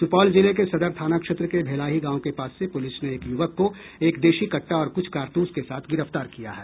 सुपौल जिले के सदर थाना क्षेत्र के भेलाही गांव के पास से पूलिस ने एक यूवक को एक देशी कट्टा और कुछ कारतूस के साथ गिरफ्तार किया गया है